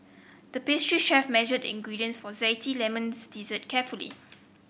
the pastry chef measured ingredients for zesty lemons dessert carefully